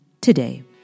today